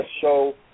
show